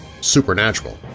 supernatural